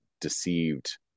deceived